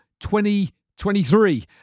2023